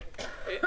כן.